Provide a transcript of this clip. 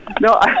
No